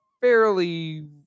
fairly